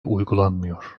uygulanmıyor